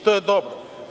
To je dobro.